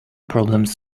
problems